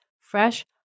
fresh